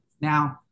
Now